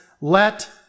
let